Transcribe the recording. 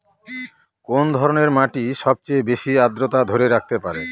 কোন ধরনের মাটি সবচেয়ে বেশি আর্দ্রতা ধরে রাখতে পারে?